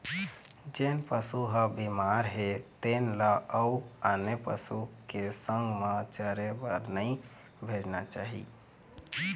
जेन पशु ह बिमार हे तेन ल अउ आने पशु के संग म चरे बर नइ भेजना चाही